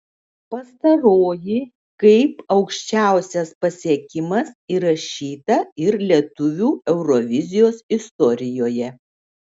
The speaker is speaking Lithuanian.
pastaroji kaip aukščiausias pasiekimas įrašyta ir lietuvių eurovizijos istorijoje